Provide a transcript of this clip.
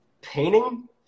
painting